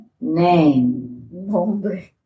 name